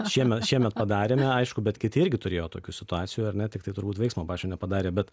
šieme šiemet padarėme aišku bet kiti irgi turėjo tokių situacijų ar ne tiktai turbūt veiksmo pačio nepadarė bet